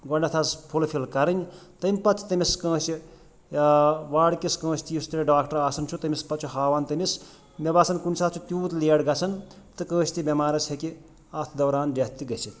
گۄڈٕنٮ۪تھ حظ فُل فِل کَرٕنۍ تمہِ پَتہٕ چھِ تٔمِس کٲنٛسہِ واڑٕکِس کٲنٛسہِ تہِ یُس تہِ ڈاکٹر آسان چھُ تٔمِس پَتہٕ چھُ ہاوان تٔمِس مےٚ باسان کُنہِ ساتہٕ چھُ تیوٗت لیٹ گژھان تہٕ کٲنٛسہِ تہِ بٮ۪مارَس ہیٚکہِ اَتھ دوران ڈٮ۪تھ تہِ گٔژھِتھ